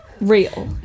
real